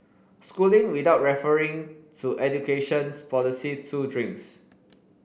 schooling without referring to educations policy two drinks